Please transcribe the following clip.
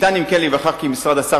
אם כן, ניתן להיווכח כי המשרד אסר